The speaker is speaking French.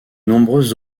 nombreuses